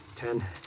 Ten